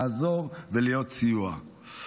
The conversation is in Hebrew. לעזור ולתת סיוע.